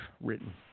written